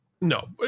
No